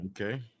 Okay